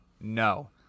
no